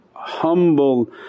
humble